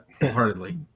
Wholeheartedly